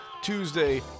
tuesday